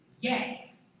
Yes